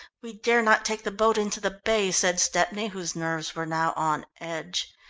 we dare not take the boat into the bay, said stepney, whose nerves were now on edge.